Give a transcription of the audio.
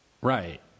right